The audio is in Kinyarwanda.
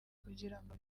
kugirango